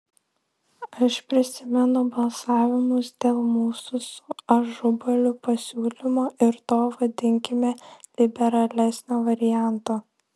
aš prisimenu balsavimus dėl mūsų su ažubaliu pasiūlymo ir to vadinkime liberalesnio varianto